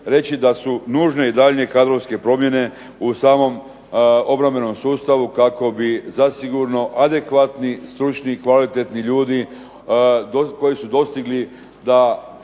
reći da su nužne daljnje kadrovske promjene u samom obrambenom sustavu kako bi zasigurno adekvatni, kvalitetni stručni ljudi koji su dostigli da